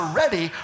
ready